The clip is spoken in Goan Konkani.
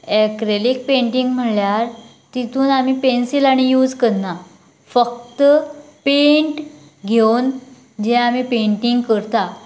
एक्रेलिक पेन्टिंग म्हळ्यार तितूंत आमी पेन्सिल आनी यूज करना फक्त पेन्ट घेवन जें आमी पेन्टिंग करतात